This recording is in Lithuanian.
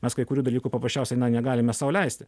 mes kai kurių dalykų paprasčiausiai na negalime sau leisti